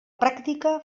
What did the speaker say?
pràctica